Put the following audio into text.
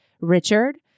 Richard